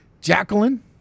Jacqueline